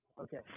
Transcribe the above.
okay